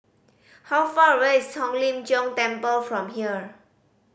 how far away is Hong Lim Jiong Temple from here